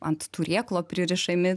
ant turėklo pririšami